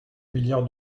milliards